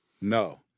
No